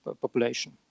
population